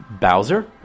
Bowser